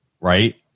right